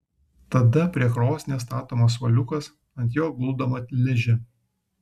tada prie krosnies statomas suoliukas ant jo guldoma ližė